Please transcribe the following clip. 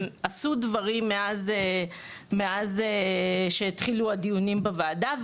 הם עשו דברים מאז שהתחילו הדיונים בוועדה,